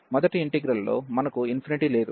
మొదటి ఇంటిగ్రల్ లో మనకు లేదు